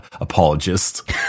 apologist